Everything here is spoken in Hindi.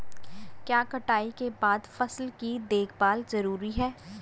क्या कटाई के बाद फसल की देखभाल जरूरी है?